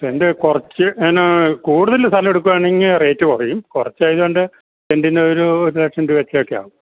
saint കുറച്ച് എന്നാ കൂടുതൽ സ്ഥലം എടുക്കുവാണെങ്കിൽ റേറ്റ് കുറയും കുറച്ച് ആയത് കൊണ്ട് സെന്റിന് ഒരൂ ഒരു ലക്ഷം രൂപ വെച്ചൊക്കെ ആകും